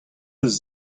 eus